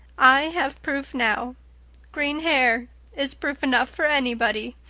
i have proof now green hair is proof enough for anybody.